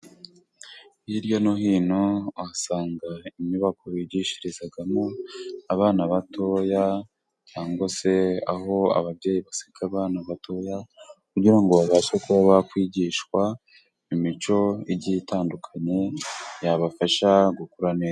Hirya no hino uhasanga inyubako bigishirizagamo abana batoya, cyangwa se aho ababyeyi basiga abana batoya, kugira ngo babashe kuba bakwigishwa imico igiye itandukanye yabafasha gukura neza.